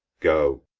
go,